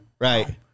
Right